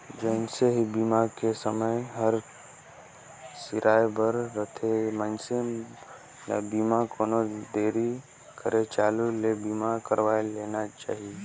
जइसे ही बीमा के समय हर सिराए बर रथे, मइनसे ल बीमा कोनो देरी करे हालू ले बीमा करवाये लेना चाहिए